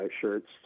shirts